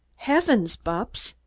heavens, bupps!